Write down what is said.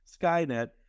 Skynet